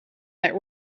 that